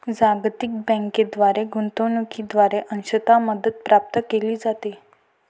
जागतिक बँकेद्वारे गुंतवणूकीद्वारे अंशतः मदत प्राप्त केली जाते